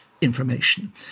information